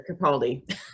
Capaldi